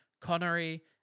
Connery